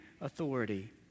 authority